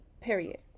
Period